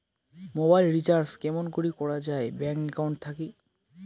Mobile recharge কেমন করি করা যায় ব্যাংক একাউন্ট থাকি?